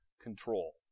control